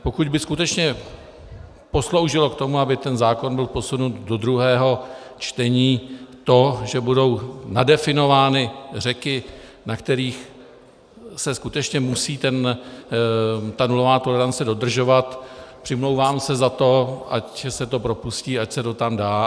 Pokud by skutečně posloužilo k tomu, aby zákon byl posunut do druhého čtení, to, že budou nadefinovány řeky, na kterých se skutečně musí nulová tolerance dodržovat, přimlouvám se za to, ať se to propustí, ať se to tam dá.